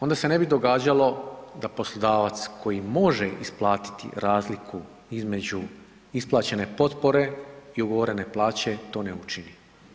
Onda se ne bi događalo da poslodavac koji može isplatiti razliku između isplaćene potpore i ugovorene plaće to ne učini.